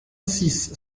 six